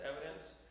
evidence